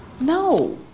no